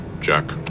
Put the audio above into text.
Jack